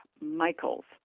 Michaels